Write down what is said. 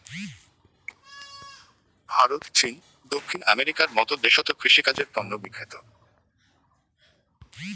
ভারত, চীন, দক্ষিণ আমেরিকার মত দেশত কৃষিকাজের তন্ন বিখ্যাত